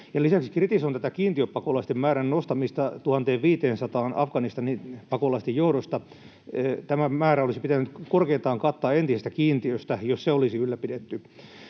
Lisäksi kritisoin tätä kiintiöpakolaisten määrän nostamista 1 500:aan Afganistanin pakolaisten johdosta. Tämä määrä olisi pitänyt korkeintaan kattaa entisestä kiintiöstä, jos se olisi ylläpidetty.